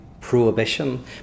prohibition